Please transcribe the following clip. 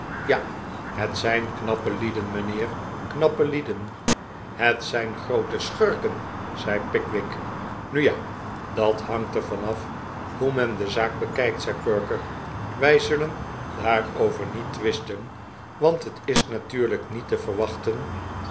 ja het zijn knappe lieden mijnheer knappe lieden het zijn groote schurken zei pickwick nu ja dat hangt er van af hoe men de zaak bekijkt zei perker wij zullen daarover niet twisten want het is natuurlijk niet te verwachten